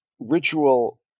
ritual